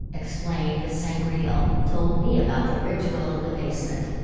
explained the sangreal, told me about the ritual in the basement.